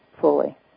fully